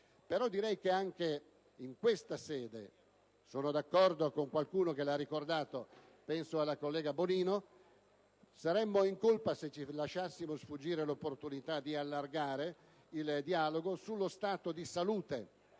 dire anche in questa sede - sono d'accordo con coloro che lo hanno ricordato, penso in particolare alla collega Bonino - che saremmo in colpa se ci lasciassimo sfuggire l'opportunità di allargare il dialogo sullo stato di salute